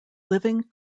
living